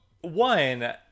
one